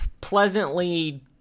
pleasantly